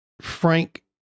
Frank